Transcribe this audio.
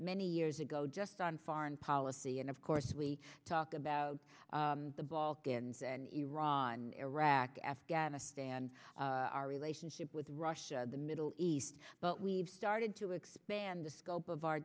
many years ago just on foreign policy and of course we talk about the balkans and iran iraq afghanistan our relationship with russia the middle east but we've started to expand the scope of our